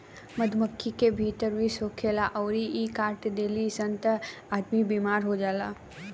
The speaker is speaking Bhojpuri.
मधुमक्खी के भीतर विष होखेला अउरी इ काट देली सन त आदमी बेमार हो जाला